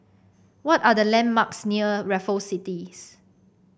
what are the landmarks near Raffle Cities